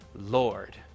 Lord